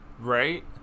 Right